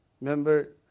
Remember